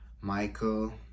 Michael